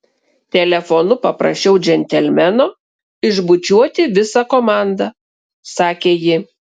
telefonu paprašiau džentelmeno išbučiuoti visą komandą sakė ji